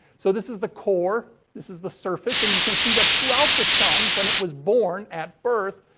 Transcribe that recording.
so, this is the core, this is the surface. and you can see that throughout the sun, when it was born at birth,